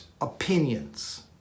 opinions